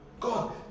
God